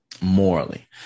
morally